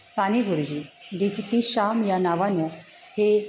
साने गुरुजी जे तिथे ती शाम या नावानं हे